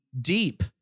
deep